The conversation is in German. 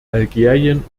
algerien